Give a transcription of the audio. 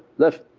left.